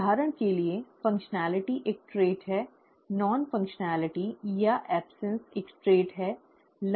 उदाहरण के लिए कार्यक्षमता एक ट्रेट है गैर कार्यक्षमता या अनुपस्थिति एक ट्रेट है